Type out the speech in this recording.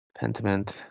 Pentiment